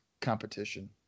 competition